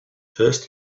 first